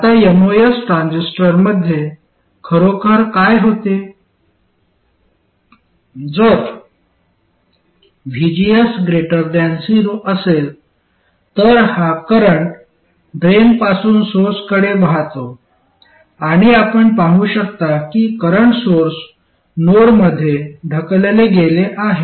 आता MOS transistor मध्ये खरोखर काय होते जर VGS 0 असेल तर हा करंट ड्रेनपासून सोर्सकडे वाहतो आणि आपण पाहू शकता की करंट सोर्स नोडमध्ये ढकलले गेले आहे